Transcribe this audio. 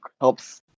helps